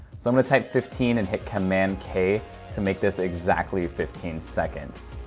so i'm gonna type fifteen and hit command k to make this exactly fifteen seconds.